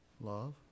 Love